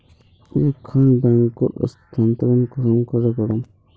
एक खान बैंकोत स्थानंतरण कुंसम करे करूम?